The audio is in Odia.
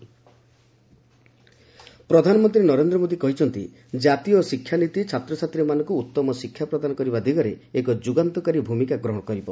ପିଏମ୍ ଏଜୁକେଶନ୍ ପଲିସି ପ୍ରଧାନମନ୍ତ୍ରୀ ନରେନ୍ଦ୍ର ମୋଦୀ କହିଛନ୍ତି ଜାତୀୟ ଶିକ୍ଷାନୀତି ଛାତ୍ରଛାତ୍ରୀମାନଙ୍କୁ ଉତ୍ତମ ଶିକ୍ଷା ପ୍ରଦାନ କରିବା ଦିଗରେ ଏକ ଯୁଗାନ୍ତକାରୀ ଭୂମିକା ଗ୍ରହଣ କରିବ